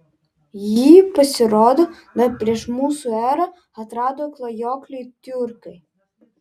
jį pasirodo dar prieš mūsų erą atrado klajokliai tiurkai